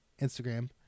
Instagram